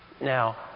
now